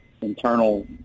internal